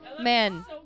Man